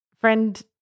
friend